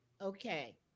Okay